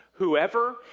Whoever